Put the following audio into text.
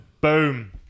Boom